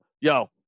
yo